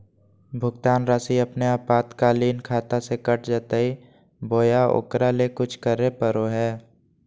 भुक्तान रासि अपने आपातकालीन खाता से कट जैतैय बोया ओकरा ले कुछ करे परो है?